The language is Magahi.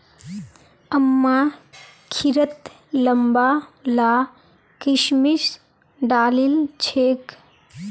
अम्मा खिरत लंबा ला किशमिश डालिल छेक